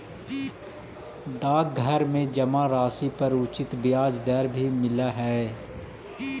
डाकघर में जमा राशि पर उचित ब्याज दर भी मिलऽ हइ